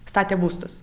statė būstus